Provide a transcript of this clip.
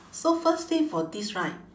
so first thing for this right